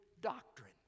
Doctrine